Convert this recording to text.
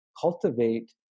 cultivate